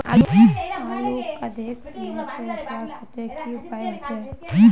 आलूक अधिक समय से रखवार केते की उपाय होचे?